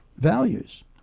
values